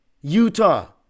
Utah